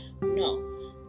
no